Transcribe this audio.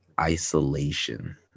isolation